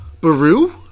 Baru